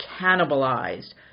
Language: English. cannibalized